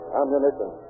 ammunition